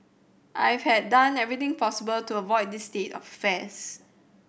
I've had done everything possible to avoid this state of affairs